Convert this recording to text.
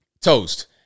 Toast